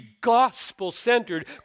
gospel-centered